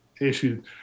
issues